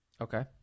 Okay